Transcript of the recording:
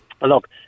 look